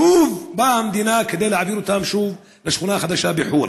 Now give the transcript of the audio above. שוב באה המדינה כדי להעביר אותם שוב לשכונה החדשה בחורה.